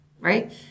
Right